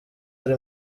ari